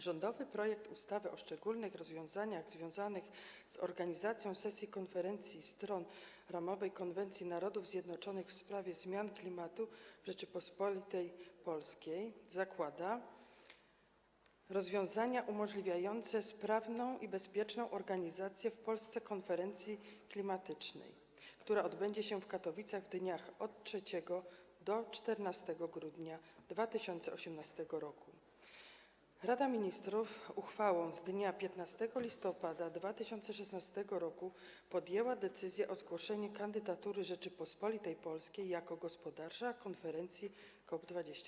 Rządowy projekt ustawy o szczególnych rozwiązaniach związanych z organizacją sesji Konferencji Stron Ramowej konwencji Narodów Zjednoczonych w sprawie zmian klimatu w Rzeczypospolitej Polskiej zakłada rozwiązania umożliwiające sprawną i bezpieczną organizację w Polsce konferencji klimatycznej, która odbędzie się w Katowicach w dniach 3–14 grudnia 2018 r. Rada Ministrów uchwałą z dnia 15 listopada 2016 r. podjęła decyzję o zgłoszeniu kandydatury Rzeczypospolitej Polskiej jako gospodarza konferencji COP24.